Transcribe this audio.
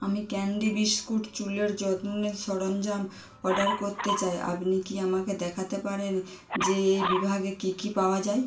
আমি candy biscuit চুলের যত্নের সরঞ্জাম অর্ডার করতে চাই আপনি কি আমাকে দেখাতে পারেন যে এই বিভাগে কী কী পাওয়া যায়